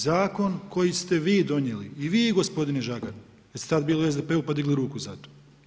Zakon koji ste vi donijeli i vi gospodine Žagar, jer ste tada bili u SDP-u pa digli ruku za to.